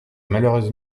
malheureuse